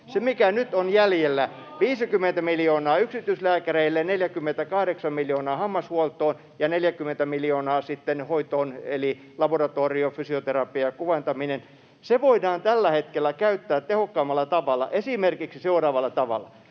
Se, mikä nyt on jäljellä — 50 miljoonaa yksityislääkäreille, 48 miljoonaa hammashuoltoon ja 40 miljoonaa sitten hoitoon, eli laboratorio, fysioterapia, kuvantaminen — voidaan tällä hetkellä käyttää tehokkaammalla tavalla, esimerkiksi seuraavalla tavalla: